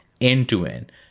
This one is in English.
end-to-end